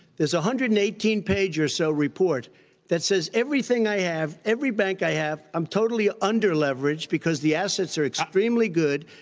there's one ah hundred and eighteen page or so report that says everything i have, every bank i have, i'm totally underleveraged because the assets are extremely good,